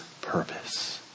purpose